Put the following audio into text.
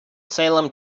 salem